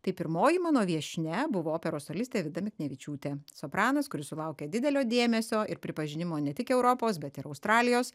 tai pirmoji mano viešnia buvo operos solistė vida miknevičiūtė sopranas kuris sulaukė didelio dėmesio ir pripažinimo ne tik europos bet ir australijos